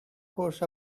course